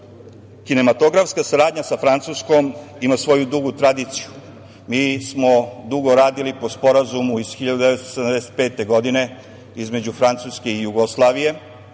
Kinematografska saradnja sa Francuskom ima svoju dugu tradiciju. Mi smo dugo radili po Sporazumu iz 1975. godine između Francuske i Jugoslaviju.